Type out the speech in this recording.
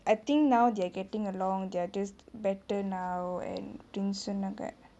I think now they're getting along they're just better now and அப்டினு சொன்னாங்கே:apdinu sonangae